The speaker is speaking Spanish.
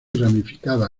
ramificada